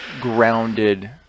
grounded